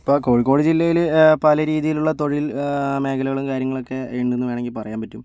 ഇപ്പോൾ കോഴിക്കോട് ജില്ലയിൽ പല രീതിയിലുള്ള തൊഴിൽ മേഖലകളും കാര്യങ്ങളൊക്കെ ഉണ്ടെന്ന് വേണമെങ്കിൽ പറയാൻ പറ്റും